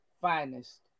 finest